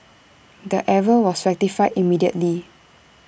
the error was rectified immediately